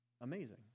Amazing